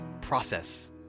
process